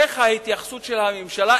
איך ההתייחסות של הממשלה,